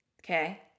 okay